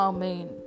Amen